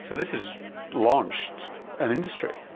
so this has launched an industry?